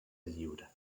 lliure